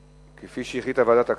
כפי שהחליטה ועדת הכנסת?